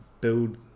build